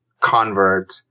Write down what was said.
convert